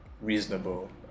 reasonable